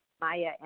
Maya